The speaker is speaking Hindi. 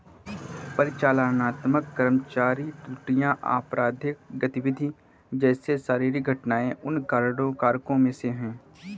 परिचालनात्मक कर्मचारी त्रुटियां, आपराधिक गतिविधि जैसे शारीरिक घटनाएं उन कारकों में से है